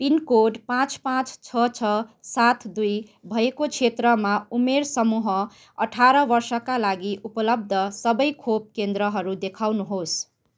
pin code पाँच पाँच छ छ सात दुई भएको क्षेत्रमा उमेर समूह अठार वर्षका लागि उपलब्ध सबै खोप केन्द्रहरू देखाउनुहोस्